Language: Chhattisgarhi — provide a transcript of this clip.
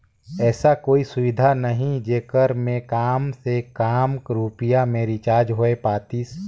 ऐसा कोई सुविधा नहीं जेकर मे काम से काम रुपिया मे रिचार्ज हो पातीस?